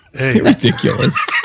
ridiculous